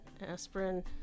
Aspirin